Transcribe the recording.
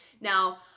Now